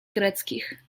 greckich